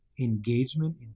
engagement